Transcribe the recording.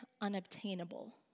unobtainable